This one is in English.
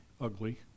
ugly